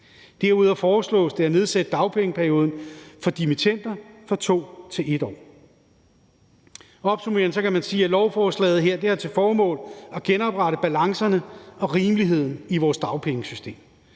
Derudover foreslås det at nedsætte dagpengeperioden for dimittender fra 2 til 1 år. Opsummerende kan man sige, at lovforslaget her har til formål at genoprette balancerne og rimeligheden i vores dagpengesystem.